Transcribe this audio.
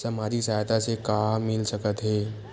सामाजिक सहायता से का मिल सकत हे?